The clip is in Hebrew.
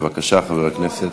בבקשה, חבר הכנסת.